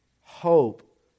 hope